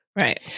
Right